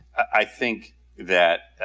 i think that